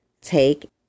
take